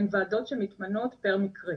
הן ועדות שמתמנות פר מקרה,